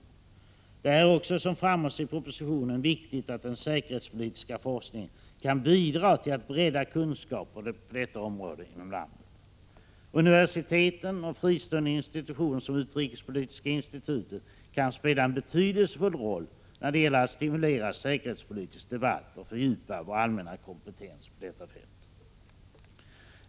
Det är också, som framhålls i 26 maj 1987 propositionen, viktigt att den säkerhetspolitiska forskningen kan bidra till att breda kunskaper på detta område skapas inom landet. Universiteten och fristående institutioner såsom Utrikespolitiska institutet kan spela en betydelsefull roll när det gäller att stimulera säkerhetspolitisk debatt och fördjupa vår allmänna kompetens på detta fält.